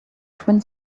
twin